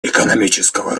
экономического